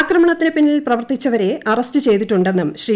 ആക്രമണത്തിന് പിന്നിൽ പ്രവർത്തിച്ചവരെ അറസ്റ്റ് ചെയ്തിട്ടുണ്ടെന്നും ശ്രീ